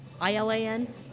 I-L-A-N